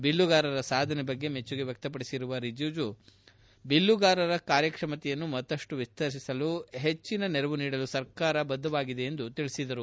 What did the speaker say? ಬಿಲ್ಲುಗಾರರ ಸಾಧನೆ ಬಗ್ಗೆ ಮೆಚ್ಚುಗೆ ವ್ವಕ್ತಪಡಿಸಿದ ರಿಜಿಜು ಬಿಲ್ಲುಗಾರರ ಕಾರ್ಯಕ್ಷಮತೆಯನ್ನು ಮತ್ತಷ್ಟು ವಿಸ್ತರಿಸಿಕೊಳ್ಳಲು ಹೆಚ್ಚಿನ ನೆರವು ನೀಡಲು ಸರ್ಕಾರ ಉತ್ಸುಕವಾಗಿದೆ ಎಂದು ಹೇಳಿದರು